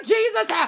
Jesus